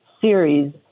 series